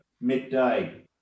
midday